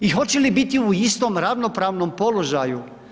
I hoće li biti u istom, ravnopravnom položaju?